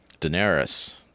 Daenerys